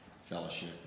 fellowship